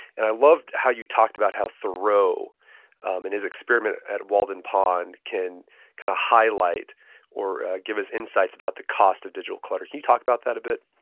and i loved how you talked about how thoreau and his experiment at walden pond can can highlight or give us insights about the cost of digital clutter. can you talk about that a bit?